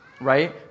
right